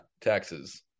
taxes